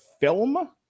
film